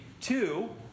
two